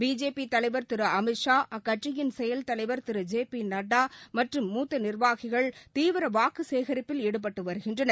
BJP தலைவர் திரு அமித்ஷா அக்கட்சியின் செயல் தலைவர் திரு ஜே பி நட்டா மற்றும் மூத்த நிர்வாகிகள் தீவிர வாக்கு சேகரிப்பில் ஈடுபட்டு வருகின்றனர்